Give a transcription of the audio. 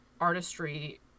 artistry